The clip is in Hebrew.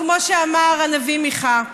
כמו שאמר הנביא מיכה,